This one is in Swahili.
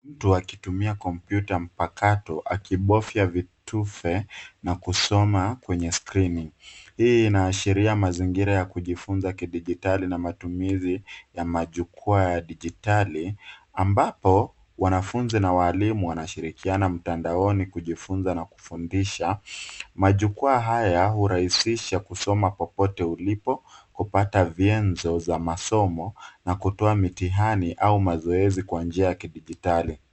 Mtu akitumia kompyuta mpakato akibofya vitufe na kusoma kwenye skrini. Hii inaashiria mazingira ya kujifunza kidigitali na matumizi ya majukwaa ya dijitali ambapo wanafunzi na waalimu wanashirikiana mtandaoni kujifunza na kufundisha. Majukwaa haya hurahisisha kusoma popote ulipo, kupata vyanzo vya masomo na kutoa mitihani au mazoezi kwa njia ya kidijitali kidigitali.